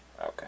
Okay